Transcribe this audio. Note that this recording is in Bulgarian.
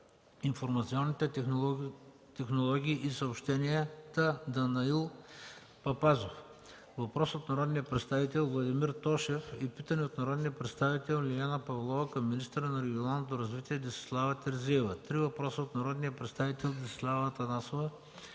три въпроса от народния представител Десислава Атанасова